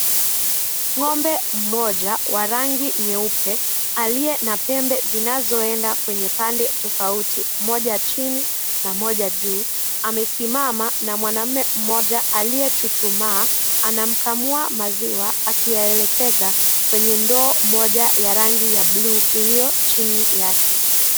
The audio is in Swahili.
Ng'ombe mmoja wa rangi nyeupe. Aliye na pembe zinazoenda kwenye pande tofauti moja chini na moja juu. Amesimama na mwanamume mmoja aliyechuchumaa, anamkamua maziwa akiyaelekeza kwenye ndoo moja ya rangi ya bluu iliyo chini yake.